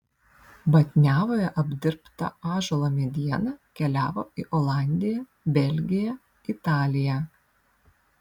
batniavoje apdirbta ąžuolo mediena keliavo į olandiją belgiją italiją